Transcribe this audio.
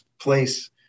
place